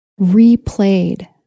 replayed